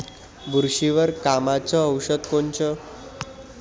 बुरशीवर कामाचं औषध कोनचं?